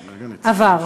עבר.